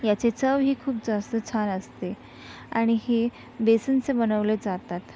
याची चवही खूप जास्त छान असते आणि ही बेसनसे बनवले जातात